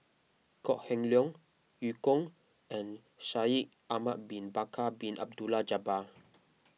Kok Heng Leun Eu Kong and Shaikh Ahmad Bin Bakar Bin Abdullah Jabbar